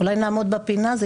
אולי נעמוד בפינה?